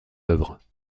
œuvres